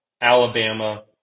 Alabama